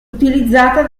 utilizzata